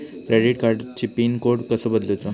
Credit कार्डची pin code कसो बदलुचा?